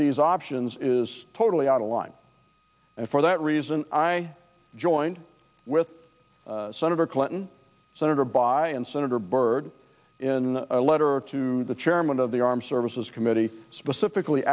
these options is totally out of line and for that reason i joined with senator clinton senator by and senator byrd in a letter to the chairman of the armed services committee specifically